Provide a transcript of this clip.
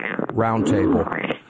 roundtable